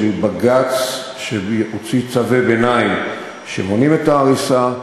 בג"ץ שהוציא צווי ביניים שמונעים את ההריסה.